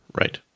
right